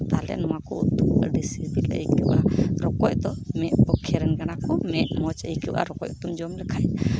ᱛᱟᱦᱚᱞᱮ ᱱᱚᱣᱟ ᱠᱚ ᱩᱛᱩ ᱟᱹᱰᱤ ᱥᱤᱵᱤᱞ ᱟᱹᱭᱠᱟᱹᱜᱼᱟ ᱨᱚᱠᱚᱡ ᱫᱚ ᱢᱮᱫ ᱯᱚᱠᱠᱷᱮ ᱮᱨ ᱱ ᱠᱟᱱᱟ ᱠᱚ ᱢᱮᱫ ᱢᱚᱡᱽ ᱟᱹᱭᱟᱹᱜᱼᱟ ᱨᱚᱠᱚᱡ ᱩᱛᱩᱢ ᱡᱚᱢ ᱞᱮᱠᱷᱟᱱ ᱫᱚ